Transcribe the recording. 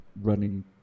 running